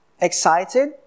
excited